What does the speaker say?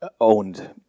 Owned